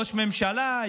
ראש ממשלה,